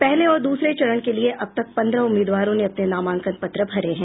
पहले और दूसरे चरण के लिये अब तक पंद्रह उम्मीदवारों ने अपने नामांकन पत्र भरे हैं